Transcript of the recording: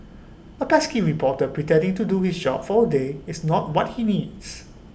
A pesky reporter pretending to do his job for A day is not what he needs